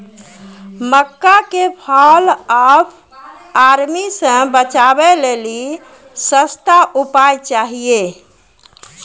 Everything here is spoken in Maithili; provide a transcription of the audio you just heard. मक्का के फॉल ऑफ आर्मी से बचाबै लेली सस्ता उपाय चाहिए?